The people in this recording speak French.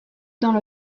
dans